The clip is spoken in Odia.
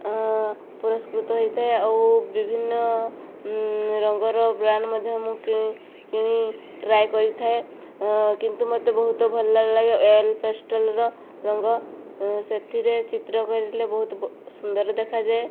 ପୁରଷ୍କୃତ ହୋଇଥାଏ ଆଉ ବିଭିନ୍ନ ରଙ୍ଗର ବ୍ରାଣ୍ଡ୍ ମଧ୍ୟ ମୁଁ କିଣି କିଣି ଟ୍ରାଏ କରିଥାଏ କିନ୍ତୁ ମୋତେ ବହୁତ ଭଲ ଲାଗେ ଅଏଲ୍ ପେଷ୍ଟାଲ୍ର ରଙ୍ଗ ସେଥିରେ ଚିତ୍ର କରିଲେ ବହୁତ ସୁନ୍ଦର ଦେଖାଯାଏ